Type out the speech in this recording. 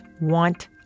want